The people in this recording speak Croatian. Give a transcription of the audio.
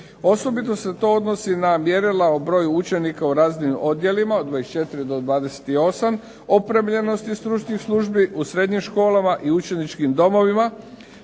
Osobito se to odnosi na mjerila o broju učenika u razrednim odjelima, od 24 do 28, opremljenosti stručnih službi u srednjim školama i učeničkim domovima,